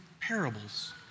parables